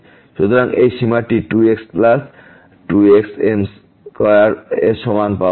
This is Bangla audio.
সুতরাংএই সীমাটি 2x2xm2 এর সমান পাব